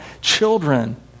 children